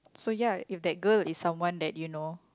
so ya if that girl is someone that you know